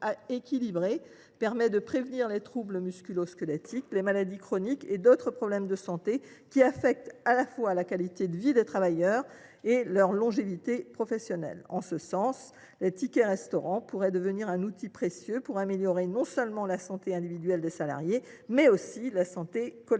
permet de prévenir les troubles musculosquelettiques, les maladies chroniques et d’autres problèmes de santé, qui affectent à la fois la qualité de vie des travailleurs et leur longévité professionnelle. En ce sens, les tickets restaurant pourraient devenir un outil précieux pour améliorer, non seulement la santé individuelle des salariés, mais encore la santé collective